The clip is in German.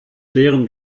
deren